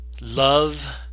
love